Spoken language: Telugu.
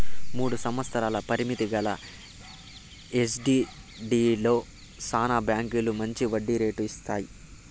మూడు సంవత్సరాల పరిమితి గల ఎస్టీడీలో శానా బాంకీలు మంచి వడ్డీ రేటు ఇస్తాయి